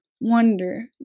wonder